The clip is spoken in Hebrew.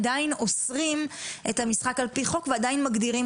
עדיין אוסרים את המשחק על-פי חוק ועדיין מגדירים